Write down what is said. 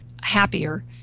happier